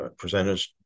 Presenters